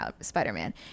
Spider-Man